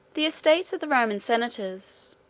the estates of the roman senators,